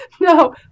No